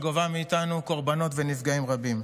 שגובה מאיתנו קורבנות ונפגעים רבים.